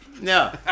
No